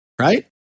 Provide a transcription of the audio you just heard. right